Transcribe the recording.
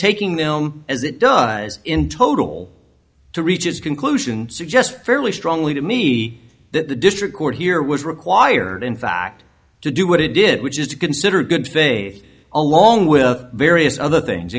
taking them as it does in total to reach its conclusion suggest fairly strongly to me that the district court here was required in fact to do what it did which is to consider good faith along with various other things